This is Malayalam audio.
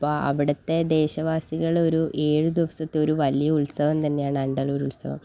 അപ്പോൾ അവിടുത്തെ ദേശവാസികൾ ഒരു ഏഴു ദിവസത്തെ ഒരു വലിയ ഉത്സവം തന്നെയാണ് ആണ്ടല്ലൂർ ഉത്സവം